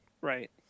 Right